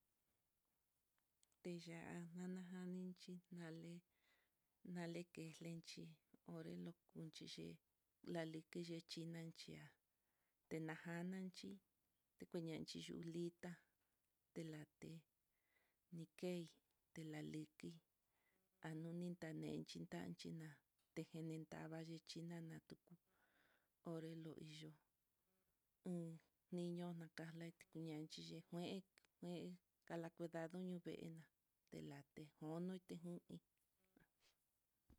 Tiya'a anana janinxhin nale, anlekelenxhi olukunxhi ye'é, nalikixhi xhinan, chiá tenanjananxi tikunenxhi yuu litá telate, keí telaliki, anoni tanenxhi tán xhina te tava'a ni xhina na tuku, oré luiyu un niño nakarle kuña'a xhikijué, jué ala kudado kuñu ve'a tela, tijunu te juin.